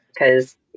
Because-